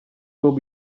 will